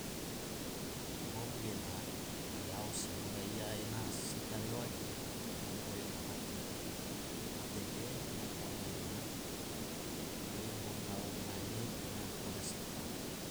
Ngom gena na lao se hoda iya ena sita rewa ge ngom oyo tamate, tamate ge ngom oyo ena ge ngom lao nange ena hoda sita.